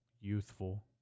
youthful